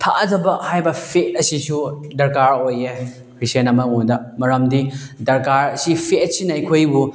ꯊꯥꯖꯕ ꯍꯥꯏꯕ ꯐꯦꯠ ꯑꯁꯤꯁꯨ ꯗꯔꯀꯥꯔ ꯑꯣꯏꯌꯦ ꯈ꯭ꯔꯤꯁꯇꯦꯟ ꯑꯃꯉꯣꯟꯗ ꯃꯔꯝꯗꯤ ꯗꯔꯀꯥꯔ ꯑꯁꯤ ꯐꯦꯠꯁꯤꯅ ꯑꯩꯈꯣꯏꯕꯨ